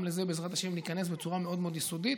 גם לזה, בעזרת השם, ניכנס בצורה מאוד מאוד יסודית.